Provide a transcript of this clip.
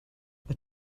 what